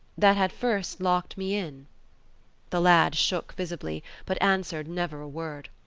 that had first locked me in the lad shook visibly, but answered never a word.